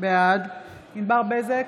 בעד ענבר בזק,